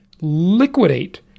Liquidate